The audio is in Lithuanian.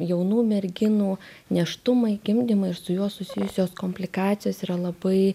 jaunų merginų nėštumai gimdymai ir su juo susijusios komplikacijos yra labai